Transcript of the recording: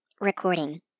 recording